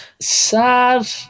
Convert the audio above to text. Sad